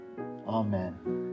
Amen